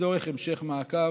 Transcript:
לצורך המשך מעקב.